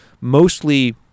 mostly